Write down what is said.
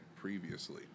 previously